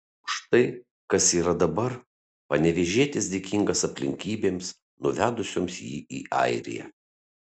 už tai kas yra dabar panevėžietis dėkingas aplinkybėms nuvedusioms jį į airiją